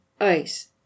ice